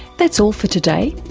that's all for today.